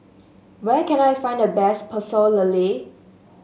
where can I find the best Pecel Lele